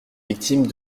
victimes